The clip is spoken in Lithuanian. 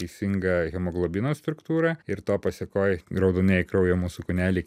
teisinga hemoglobino struktūra ir to pasekoj raudonieji kraujo mūsų kūneliai